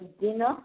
dinner